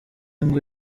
ngo